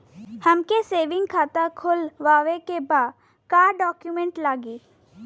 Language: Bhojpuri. हमके सेविंग खाता खोलवावे के बा का डॉक्यूमेंट लागी?